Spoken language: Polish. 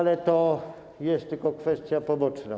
Ale to jest tylko kwestia poboczna.